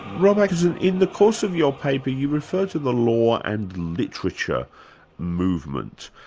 rob atkinson, in the course of your paper you refer to the law and literature movement.